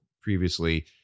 previously